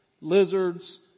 lizards